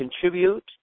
contribute